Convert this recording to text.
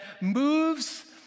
moves